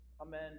Amen